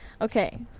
Okay